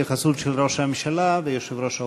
התייחסות של ראש הממשלה ויושב-ראש האופוזיציה.